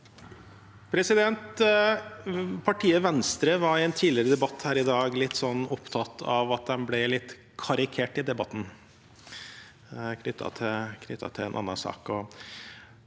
Partiet Venstre var i en tidligere debatt her i dag opptatt av at de ble karikerte i debatten – det var knyttet til en annen sak.